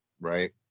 right